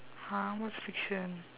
!huh! what's fiction